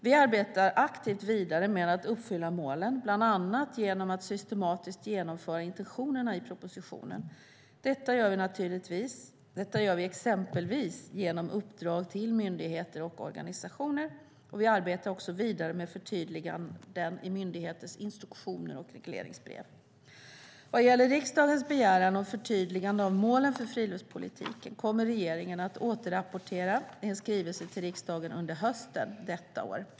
Vi arbetar aktivt vidare med att uppfylla målen bland annat genom att systematiskt genomföra intentionerna i propositionen. Detta gör vi exempelvis genom uppdrag till myndigheter och organisationer. Vi arbetar också vidare med förtydliganden i myndigheters instruktioner och regleringsbrev. Vad gäller riksdagens begäran om förtydligande av målen för friluftslivspolitiken kommer regeringen att återrapportera i en skrivelse till riksdagen under hösten detta år.